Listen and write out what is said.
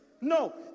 No